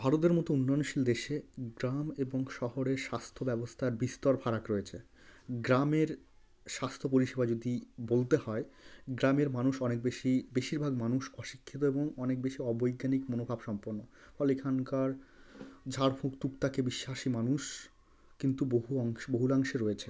ভারতের মতো উন্নয়নশীল দেশে গ্রাম এবং শহরের স্বাস্থ্য ব্যবস্থার বিস্তর ফারাক রয়েছে গ্রামের স্বাস্থ্য পরিষেবা যদি বলতে হয় গ্রামের মানুষ অনেক বেশি বেশিরভাগ মানুষ অশিক্ষিত এবং অনেক বেশি অবৈজ্ঞানিক মনোভাবসম্পন্ন ফলে এখানকার ঝাড়ফুঁক তুকতাকে বিশ্বাসী মানুষ কিন্তু বহু অংশ বহুলাংশে রয়েছে